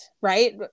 right